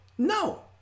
No